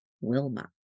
Wilma